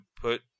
put